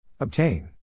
Obtain